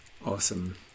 Awesome